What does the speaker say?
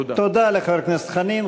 תודה לחבר הכנסת חנין.